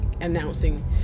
announcing